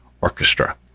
orchestra